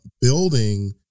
building